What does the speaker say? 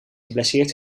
geblesseerd